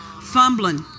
fumbling